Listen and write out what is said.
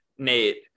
Nate